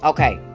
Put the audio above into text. Okay